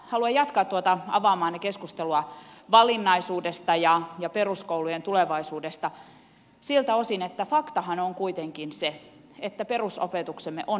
haluan jatkaa tuota avaamaanne keskustelua valinnaisuudesta ja peruskoulujen tulevaisuudesta siltä osin että faktahan on kuitenkin se että perusopetuksemme on eriarvoistunut